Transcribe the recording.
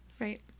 Right